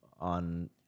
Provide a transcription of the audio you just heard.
on